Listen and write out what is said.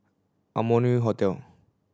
Amoy Hotel